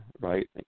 right